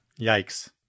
Yikes